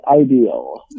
ideal